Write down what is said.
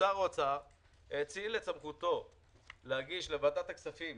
שר האוצר האציל את סמכותו להגיש לוועדת הכספים